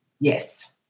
Yes